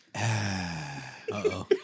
Uh-oh